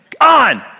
on